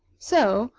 so,